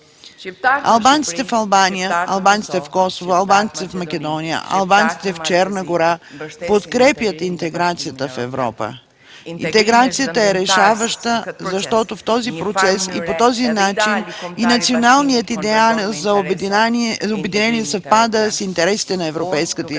Албанците в Албания, албанците в Косово, албанците в Македония, албанците в Черна гора подкрепят интеграцията в Европа. Интеграцията е решаваща, защото в този процес и по този начин и националният идеал за обединение съвпада с интересите на европейската интеграция.